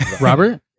robert